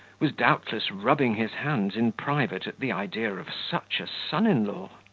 was doubtless rubbing his hands in private at the idea of such a son-in-law.